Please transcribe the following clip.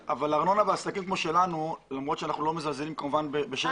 אבל ארנונה בעסקים כמו שלנו וכמובן אנחנו לא מזלזלים במישהו אחר